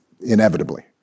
inevitably